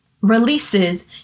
releases